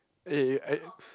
eh I